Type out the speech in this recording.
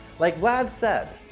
like vlad said.